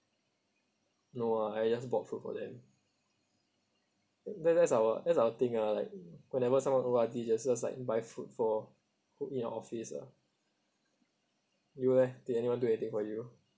no ah I just bought food for them that that's our that's our thing ah like whenever someone O_R_D just just like buy food for put in the office lah you leh did anyone do anything for you